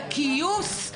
לכיוס,